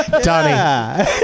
Donnie